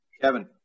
Kevin